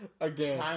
Again